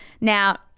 Now